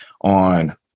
on